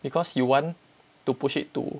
because you want to push it too